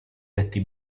letti